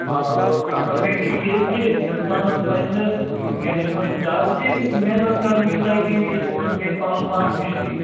آ اَصٕل مے چھِ یہِ زِ اِنسانس پَزِ نہٕ کیٛاہ چھِ وَنان زیادٕ تہِ محنت کَرٕنۍ یوٗتاہ کیٚنٛہہ زِ أمِس گَژھِ پنُن پان مٔشتٕے